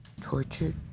tortured